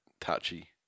touchy